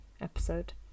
episode